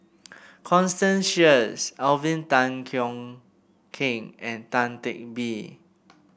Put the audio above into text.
Constance Sheares Alvin Tan Cheong Kheng and Tan Teck Bee